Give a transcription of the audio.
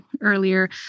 earlier